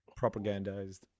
Propagandized